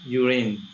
urine